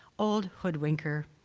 old hoodwinker,